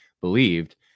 believed